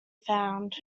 found